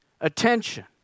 attention